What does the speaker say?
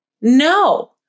no